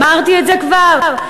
אמרתי את זה כבר?